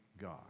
God